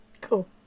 Cool